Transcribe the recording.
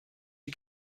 you